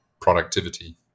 productivity